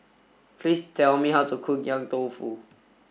please tell me how to cook Yong Tau Foo